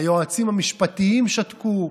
היועצים המשפטיים שתקו,